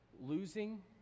losing